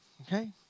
Okay